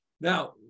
Now